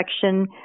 section